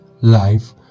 Life